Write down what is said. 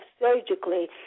surgically